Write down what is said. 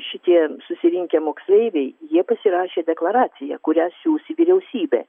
šitie susirinkę moksleiviai jie pasirašė deklaraciją kurią siųs į vyriausybę